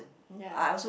ya